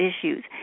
issues